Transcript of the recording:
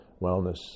wellness